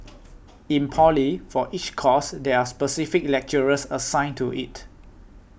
in poly for each course there are specific lecturers assigned to it